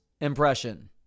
impression